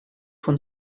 von